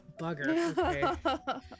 bugger